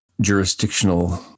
jurisdictional